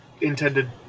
intended